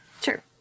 Sure